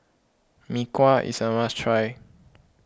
Mee Kuah is a must try